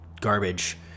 garbage